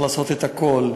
צריך לעשות את הכול,